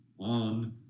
on